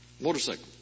motorcycle